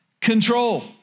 control